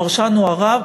הפרשן הוא הרב,